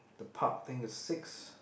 the park thing is six